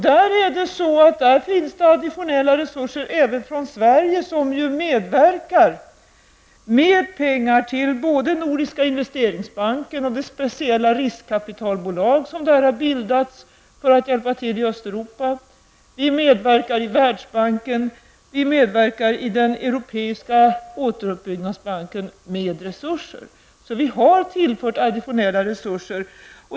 Där finns det additionella resurser även från Sverige som medverkar med pengar till både Nordiska investeringsbanken och det speciella riskkapitalbolag som där har bildats för att hjälpa till i Östeuropa. Vi medverkar i Världsbanken, och vi medverkar i Europeiska återuppbyggnadsbanken med resurser. Vi har tillfört additionella resurser.